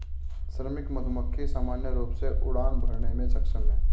श्रमिक मधुमक्खी सामान्य रूप से उड़ान भरने में सक्षम हैं